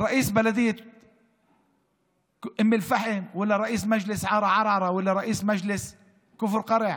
לקניין המדינה או לגוף ציבורי-לאומי אחר.